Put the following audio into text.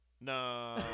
No